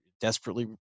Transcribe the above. desperately